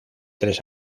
tres